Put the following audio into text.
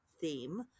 theme